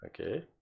Okay